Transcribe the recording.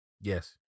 Yes